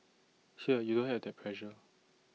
here you don't have that pressure